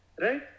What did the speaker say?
Right